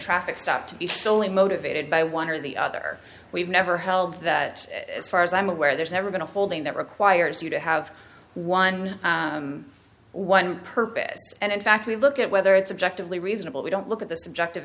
traffic stop to be solely motivated by one or the other we've never held that as far as i'm aware there's never been a holding that requires you to have one one purpose and in fact we look at whether it's objectively reasonable we don't look at the subjective